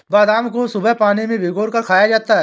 बादाम को सुबह पानी में भिगोकर खाया जाता है